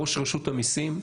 ראש רשות המיסים.